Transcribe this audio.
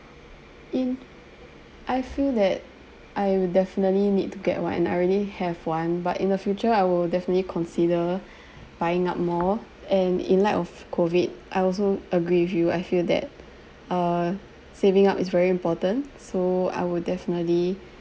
in I feel that I will definitely need to get one I already have one but in the future I will definitely consider buying up more and in light of COVID I also agree with you I feel that uh saving up is very important so I would definitely